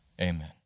amen